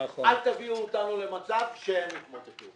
אל תביאו אותנו למצב שהם יתמוטטו.